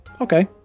okay